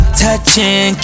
touching